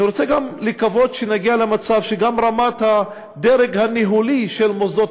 אני רוצה גם לקוות שנגיע למצב שגם הדרג הניהולי של מוסדות